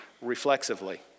reflexively